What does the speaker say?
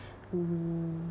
mm